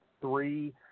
three